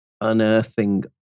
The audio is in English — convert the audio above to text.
unearthing